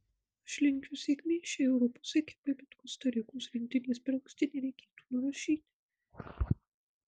aš linkiu sėkmės šiai europos ekipai bet kosta rikos rinktinės per anksti nereikėtų nurašyti